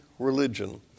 Religion